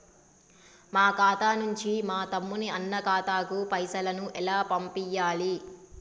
మా ఖాతా నుంచి మా తమ్ముని, అన్న ఖాతాకు పైసలను ఎలా పంపియ్యాలి?